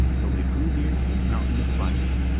till they drew near the mountain of fire.